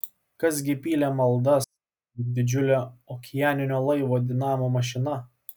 kas gi pylė maldas lyg didžiulio okeaninio laivo dinamo mašina